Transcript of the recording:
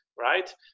right